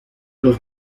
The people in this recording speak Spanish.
los